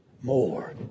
more